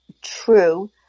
true